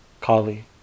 Kali